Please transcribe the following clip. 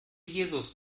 jesus